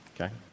Okay